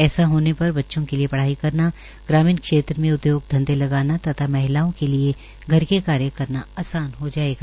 ऐसा होन पर बच्चों के लिए पढ़ाई करना ग्रामीण क्षेत्र में उद्यो धंधे लगाना तथा महिलाओं के लिए घर के कार्य करना आसान हो जायेगा